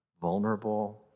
vulnerable